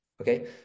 Okay